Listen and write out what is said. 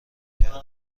کرده